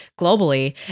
globally